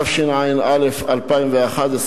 התשע"א 2011,